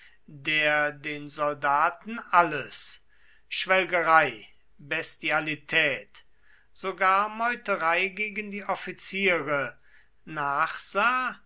der den soldaten alles schwelgerei bestialität sogar meuterei gegen die offiziere nachsah